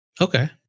Okay